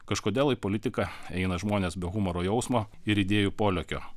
kažkodėl į politiką eina žmonės be humoro jausmo ir idėjų polėkio